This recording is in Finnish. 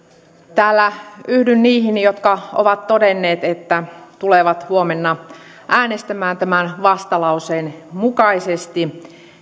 täällä yhdyn niihin jotka ovat todenneet että tulevat huomenna äänestämään tämän vastalauseen mukaisesti